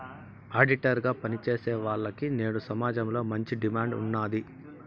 auditor గా పని చేసేవాల్లకి నేడు సమాజంలో మంచి డిమాండ్ ఉన్నాది